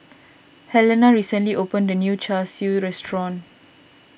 Helena recently opened a new Char Siu restaurant